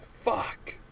Fuck